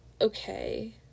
okay